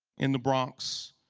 in the bronx.